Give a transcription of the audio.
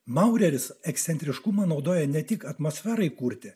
maureris ekscentriškumą naudoja ne tik atmosferai kurti